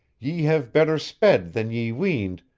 ye have better sped than ye weened,